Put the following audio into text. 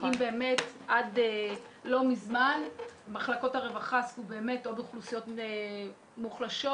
עד לא מזמן מחלקות הרווחה עסקו באוכלוסיות מוחלשות,